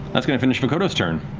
that's going to finish vokodo's turn.